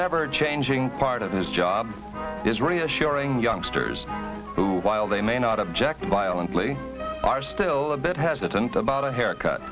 never changing part of his job is reassuring youngsters who while they may not object violently are still a bit hesitant about a haircut